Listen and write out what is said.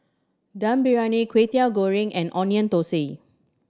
Dum Briyani Kway Teow Goreng and Onion Thosai